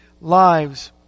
lives